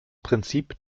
prinzip